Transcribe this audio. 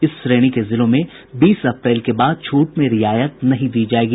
इस श्रेणी के जिलों में बीस अप्रैल के बाद छूट में रियायत नहीं दी जायेगी